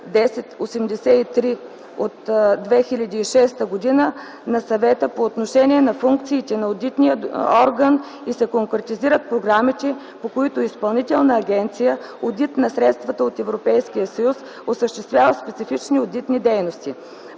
1083/2006 на Съвета по отношение на функциите на Одитния орган и се конкретизират програмите, по които Изпълнителна агенция „Одит на средствата от Европейския съюз” осъществява специфични одитни дейности.